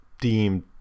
deemed